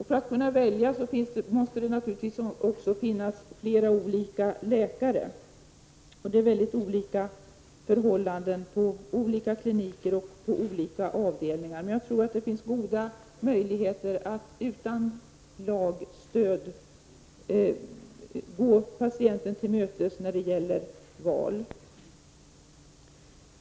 För att kunna välja måste det naturligtvis också finnas flera olika läkare att välja på. Det är olika förhållanden på olika kliniker och olika avdelningar. Men jag tror att det finns goda möjligheter att utan lagstöd gå patienten till mötes när det gäller val.